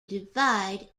divide